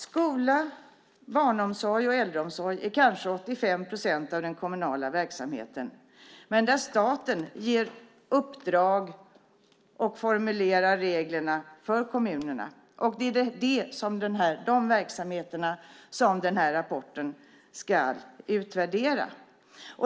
Skola, barnomsorg och äldreomsorg är kanske 85 procent av den kommunala verksamheten, men där staten ger uppdrag och formulerar reglerna för kommunerna. Det är de verksamheterna som rapporten ska utvärdera.